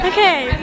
Okay